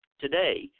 Today